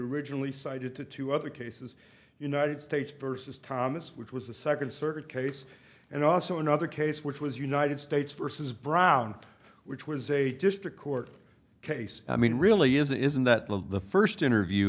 originally cited to two other cases united states versus thomas which was the second circuit case and also another case which was united states versus brown which was a district court case i mean really isn't isn't that love the first interview